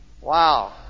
Wow